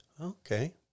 Okay